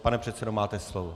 Pane předsedo, máte slovo.